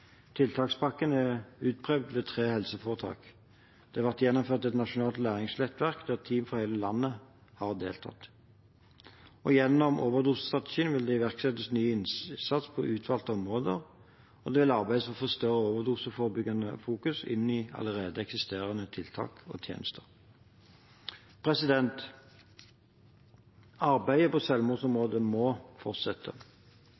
Tiltakspakken er utprøvd ved tre helseforetak. Det har vært gjennomført et nasjonalt læringsnettverk der team fra hele landet har deltatt. Gjennom overdosestrategien vil det iverksettes ny innsats på utvalgte områder, og det vil arbeides for å få et større overdoseforebyggende fokus inn i allerede eksisterende tiltak og tjenester. Arbeidet på selvmordsområdet må fortsette. Arbeidet er på